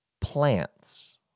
plants